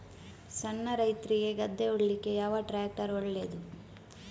ಸಣ್ಣ ರೈತ್ರಿಗೆ ಗದ್ದೆ ಉಳ್ಳಿಕೆ ಯಾವ ಟ್ರ್ಯಾಕ್ಟರ್ ಒಳ್ಳೆದು?